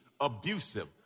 abusive